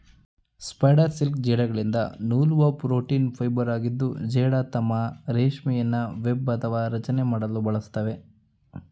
spider silk ಜೇಡಗಳಿಂದ ನೂಲುವ protein ಫೈಬರಾಗಿದ್ದು ಜೇಡ ತಮ್ಮ ರೇಷ್ಮೆಯನ್ನು ವೆಬ್ ಅಥವಾ ರಚನೆ ಮಾಡಲು ಬಳಸ್ತವೆ